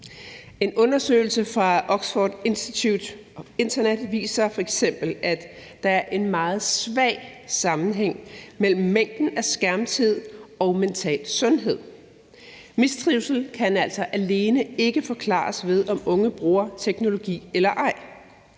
En undersøgelse fra Oxford Internet Institute viser f.eks., at der er en meget svag sammenhæng mellem mængden af skærmtid og mental sundhed. Graden af mistrivsel kan altså ikke alene forklares ved, om unge bruger teknologi eller ej.